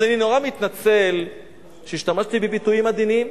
אז אני נורא מתנצל שהשתמשתי בביטויים עדינים,